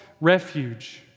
refuge